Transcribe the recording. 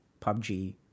PUBG